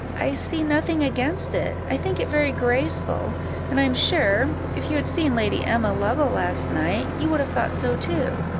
i see nothing against it i think it very graceful and i am sure, if you had seen lady emma lovell last night, you would have thought so too.